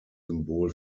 symbol